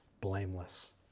blameless